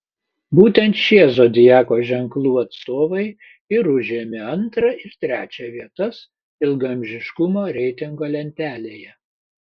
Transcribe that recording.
būtent šie zodiako ženklų atstovai ir užėmė antrą ir trečią vietas ilgaamžiškumo reitingo lentelėje